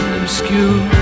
obscure